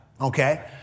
okay